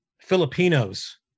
Filipinos